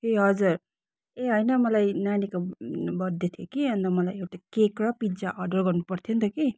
ए हजुर ए होइन मलाई नानीको बर्थडे थियो कि अन्त मलाई एउटा केक र पिज्जा अर्डर गर्नु पर्थ्यो नि त कि